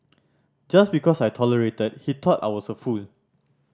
just because I tolerated he thought I was a fool